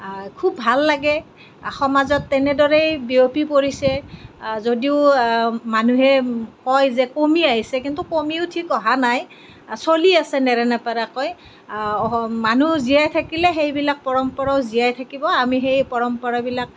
খুব ভাল লাগে সমাজত তেনেদৰেই বিয়পি পৰিছে যদিও মানুহে কয় যে কমি আহিছে কিন্তু কমিও ঠিক অহা নাই চলি আছে নেৰানেপেৰাকৈ মানুহ জীয়াই থাকিলে সেইবিলাক পৰম্পৰাও জীয়াই থাকিব আমি সেই পৰম্পৰাবিলাক